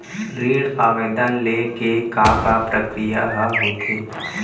ऋण आवेदन ले के का का प्रक्रिया ह होथे?